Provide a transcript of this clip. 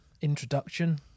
introduction